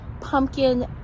pumpkin